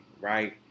right